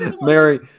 mary